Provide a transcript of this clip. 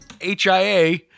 HIA